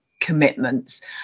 commitments